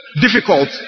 difficult